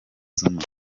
zuma